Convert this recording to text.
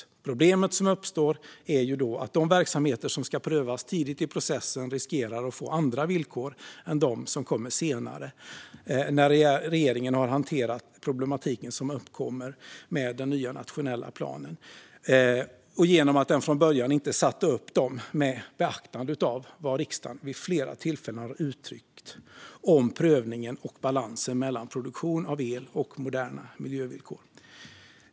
Problemet som uppstår är att de verksamheter som ska prövas tidigt i processen riskerar att få andra villkor än de som kommer senare när regeringen hanterat problematiken som uppkommer med den nya nationella planen och genom att man från början inte satte upp villkoren med beaktande av vad riksdagen vid flera tillfällen har uttryckt om prövningen och balansen mellan produktion av el och moderna miljövillkor.